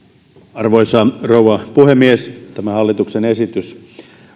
arvoisa rouva puhemies tämä hallituksen esitys